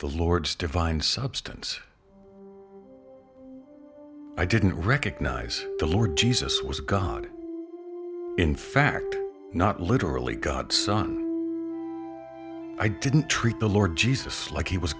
the lord's divine substance i didn't recognize the lord jesus was god in fact not literally god's son i didn't treat the lord jesus like he was